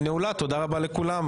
נעולה, תודה רבה לכולם.